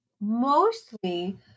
mostly